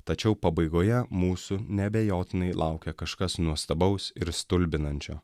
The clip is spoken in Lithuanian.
tačiau pabaigoje mūsų neabejotinai laukia kažkas nuostabaus ir stulbinančio